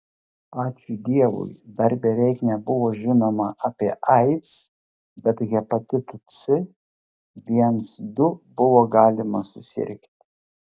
ačiū dievui dar beveik nebuvo žinoma apie aids bet hepatitu c viens du buvo galima susirgti